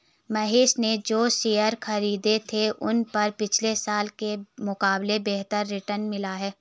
महेश ने जो शेयर खरीदे थे उन पर पिछले साल के मुकाबले बेहतर रिटर्न मिला है